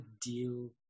deal